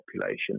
population